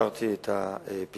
והשארתי את הפיזור.